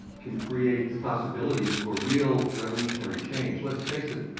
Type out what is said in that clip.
can create the possibilities for real revolutionary change. let's face it,